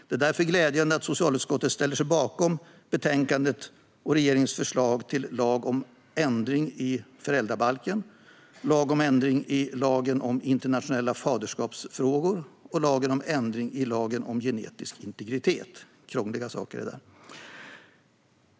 Det är därför glädjande att socialutskottet ställer sig bakom betänkandet och regeringens förslag till lag om ändring i föräldrabalken, lag om ändring i lagen om internationella faderskapsfrågor och lag om ändring i lagen om genetisk integritet - krångliga saker!